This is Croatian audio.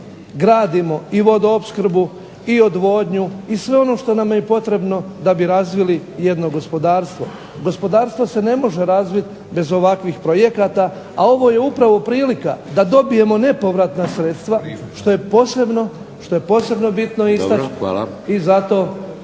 gradimo i vodoopskrbu i odvodnju i sve ono što je potrebno da bi razvili jedno gospodarstvo. Gospodarstvo se ne može razviti bez ovakvih projekata a ovo je upravo prilika da dobijemo nepovratna sredstva što je posebno bitno istaći